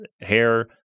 hair